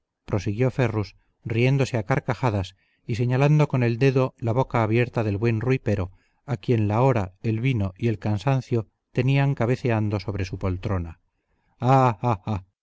prosiguió ferrus riéndose a carcajadas y señalando con el dedo la boca abierta del buen rui pero a quien la hora el vino y el cansancio tenían cabeceando sobre su poltrona